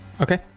Okay